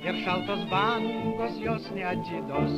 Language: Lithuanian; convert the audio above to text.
ir šaltos bangos jos neatiduos